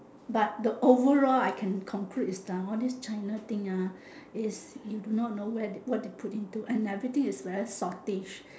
but the overall I can conclude is all this china thing ah is you do not know where what they put into and everything is very saltish